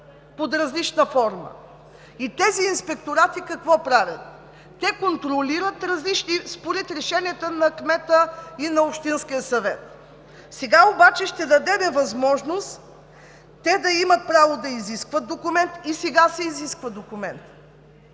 под различна форма. Те какво правят? Контролират според решенията на кмета и на общинския съвет. Сега обаче ще дадем възможност те да имат право да изискват документ. Сега се изисква документ,